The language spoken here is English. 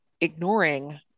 ignoring